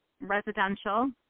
residential